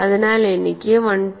അതിനാൽ എനിക്ക് 1